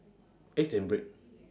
eggs and bread